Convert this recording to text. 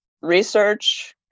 research